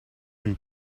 een